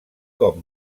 cop